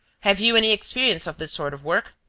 have you any experience of this sort of work?